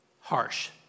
harsh